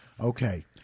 Okay